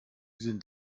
sind